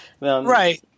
Right